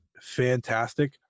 fantastic